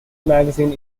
magazine